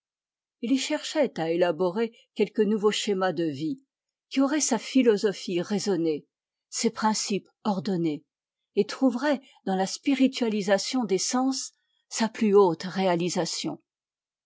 il cherchait à élaborer quelque nouveau schéma de vie qui aurait sa philosophie raisonnée ses principes ordonnés et trouverait dans la spiritualisation des sens sa plus haute réalisation